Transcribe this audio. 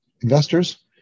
investors